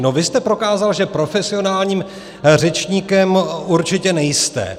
No, vy jste prokázal, že profesionálním řečníkem určitě nejste.